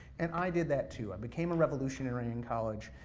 and i did that too, i became a revolutionary in college.